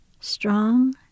strong